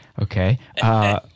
Okay